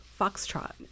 Foxtrot